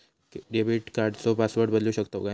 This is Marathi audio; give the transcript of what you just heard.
डेबिट कार्डचो पासवर्ड बदलु शकतव काय?